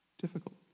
difficult